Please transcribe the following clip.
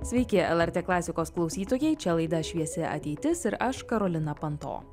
sveiki lrt klasikos klausytojai čia laida šviesi ateitis ir aš karolina panto